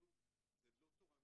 זה לא תורה מסיני,